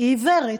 היא עיוורת.